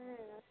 হ্যাঁ আচ্ছা